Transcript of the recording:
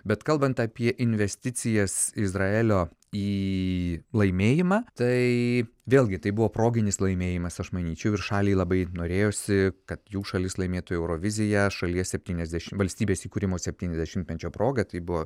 bet kalbant apie investicijas izraelio į laimėjimą tai vėlgi tai buvo proginis laimėjimas aš manyčiau ir šaliai labai norėjosi kad jų šalis laimėtų euroviziją šalies valstybės įkūrimo septyniasdešimtmečio proga tai buvo